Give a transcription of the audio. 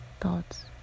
thoughts